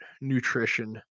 nutrition